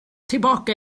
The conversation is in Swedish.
tillbaka